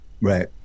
Right